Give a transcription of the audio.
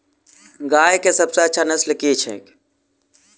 गाय केँ सबसँ अच्छा नस्ल केँ छैय?